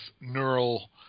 neural